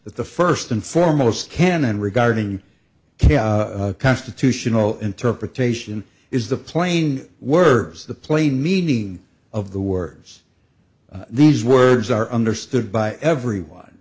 that the first and foremost can and regarding can constitutional interpretation is the plain words the plain meaning of the words these words are understood by everyone